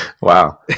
Wow